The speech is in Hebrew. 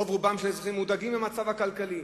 רוב רובם של האזרחים, מודאגים מהמצב הכלכלי.